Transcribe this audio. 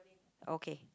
okay